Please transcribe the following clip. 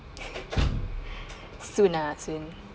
soon ah soon